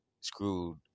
screwed